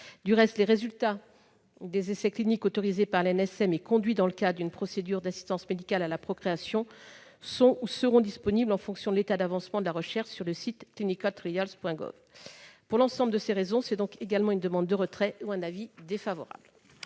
Au reste, les résultats des essais cliniques autorisés par l'ANSM et conduits dans le cadre d'une procédure d'assistance médicale à la procréation sont ou seront disponibles en fonction de l'état d'avancement de la recherche sur le site clinicaltrials.gov. Pour l'ensemble de ces raisons, la commission spéciale demande à son auteur de bien